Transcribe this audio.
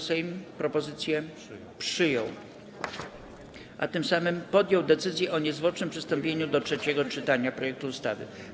Sejm propozycję przyjął, a tym samym podjął decyzję o niezwłocznym przystąpieniu do trzeciego czytania projektu ustawy.